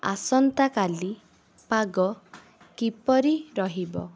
ଆସନ୍ତାକାଲି ପାଗ କିପରି ରହିବ